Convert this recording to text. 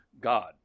God